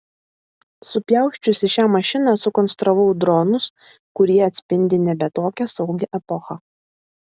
supjausčiusi šią mašiną sukonstravau dronus kurie atspindi nebe tokią saugią epochą